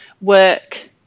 work